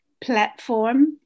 platform